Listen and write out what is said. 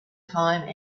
time